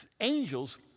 angels